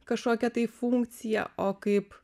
kažkokią tai funkciją o kaip